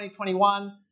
2021